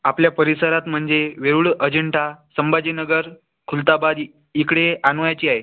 आपल्या परिसरात म्हणजे वेरुळ अजिंठा संभाजीनगर खुलताबाद इकडे आणायची आहे